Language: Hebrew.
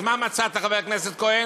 אז מה מצאת חבר הכנסת כהן?